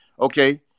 Okay